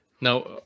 Now